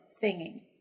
singing